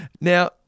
Now